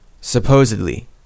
Supposedly